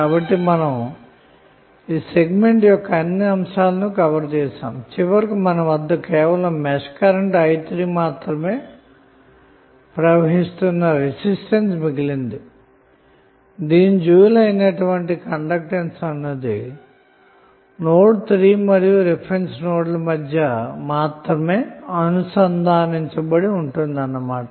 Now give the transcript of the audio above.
కాబట్టి మనం ఈ సెగ్మెంట్ యొక్క అన్ని అంశాలను కవర్ చేసాము చివరకు మన వద్ద కేవలం మెష్ కరెంట్ i3 మాత్రమే ప్రవహిస్తున్న రెసిస్టెన్స్ మిగిలింది దీని డ్యూయల్ అయిన కండెక్టన్స్ అన్నది నోడ్ 3 మరియు రిఫరెన్స్ నోడ్ ల మధ్య మాత్రమే అనుసంధానించి ఉంది అన్న మాట